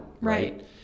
Right